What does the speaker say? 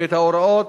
את ההוראות